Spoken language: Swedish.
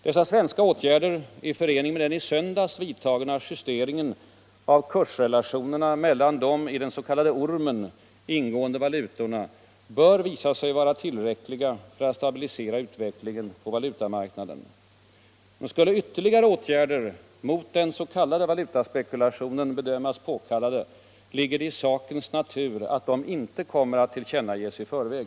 Dessa svenska åtgärder i förening med den i söndags vidtagna justeringen av kursrelationerna mellan de i den s.k. ormen ingående valutorna bör visa sig vara tillräckliga för att stabilisera utvecklingen på valutamarknaden. Skulle ytterligare åtgärder mot den s.k. valutaspekulationen 'bedömas påkallade ligger det i sakens natur att de inte kommer att tillkännages i förväg.